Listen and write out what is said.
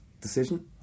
decision